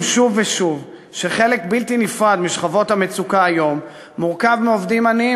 שוב ושוב שחלק בלתי נפרד משכבות המצוקה היום מורכב מעובדים עניים,